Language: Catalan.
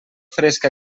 fresca